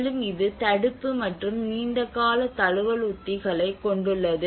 மேலும் இது தடுப்பு மற்றும் நீண்ட கால தழுவல் உத்திகளைக் கொண்டுள்ளது